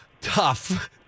tough